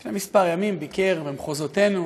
לפני כמה ימים ביקר במחוזותינו